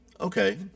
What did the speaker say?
Okay